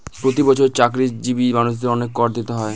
প্রতি বছর চাকরিজীবী মানুষদের অনেক কর দিতে হয়